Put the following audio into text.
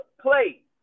play